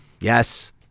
Yes